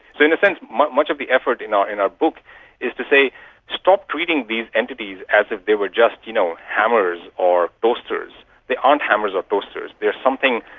in a sense much much of the effort in our in our book is to say stop treating these entities as if they were just you know hammers or toasters. they aren't hammers or toasters, they are something,